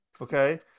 Okay